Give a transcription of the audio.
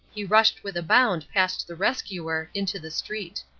he rushed with a bound past the rescuer into the street.